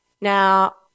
Now